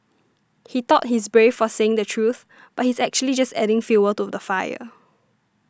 he thought he's brave for saying the truth but he's actually just adding fuel to the fire